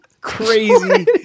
crazy